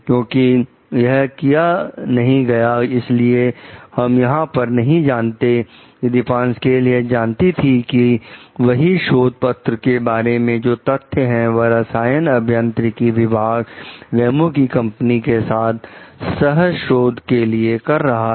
क्योंकि यह किया नहीं गया इसलिए हम यहां पर नहीं जानते हैं कि दीपासक्वेल यह जानती थी कि वही शोध पत्र के बारे में जो तथ्य हैं वह रसायन अभियांत्रिकी विभाग रेमो की कंपनी के साथ सहशोध के लिए कर रहा है